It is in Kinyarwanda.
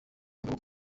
mugabo